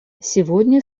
сегодня